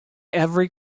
every